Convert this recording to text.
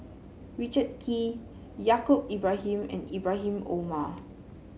Richard Kee Yaacob Ibrahim and Ibrahim Omar